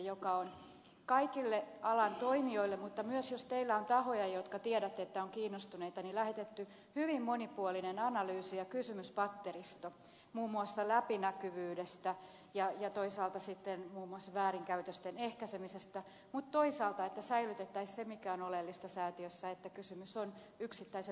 siitä on kaikille alan toimijoille ja myös jos teillä on tahoja joista tiedätte että ovat kiinnostuneita lähetetty hyvin monipuolinen analyysi ja kysymyspatteristo muun muassa läpinäkyvyydestä ja toisaalta sitten muun muassa väärinkäytösten ehkäisemisestä ja myös siitä että säilytettäisiin se mikä on oleellista säätiössä että kysymys on yksittäisen varallisuusmassan hallintajärjestelmästä